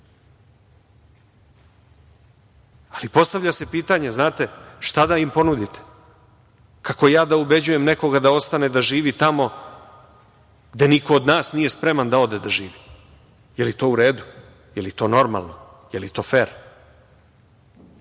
postavlja se pitanje – šta da im ponudite? Kako ja da ubeđujem nekoga da ostane da živi tamo gde niko od nas nije spreman da ode da živi? Je li to u redu? Je li to normalno? Je li to fer?